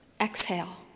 Exhale